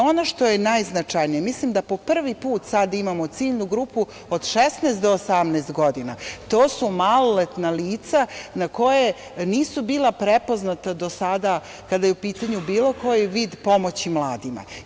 Ono što je najznačajnije, mislim da po prvi put sada imamo ciljnu grupu od 16 do 18 godina, to su maloletna lica koja nisu bila prepoznata do sada kada je u pitanju bilo koji vid pomoći mladima.